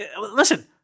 Listen